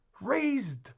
raised